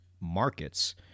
markets